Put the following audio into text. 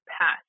past